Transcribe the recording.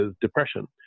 depression